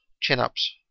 chin-ups